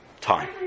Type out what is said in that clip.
time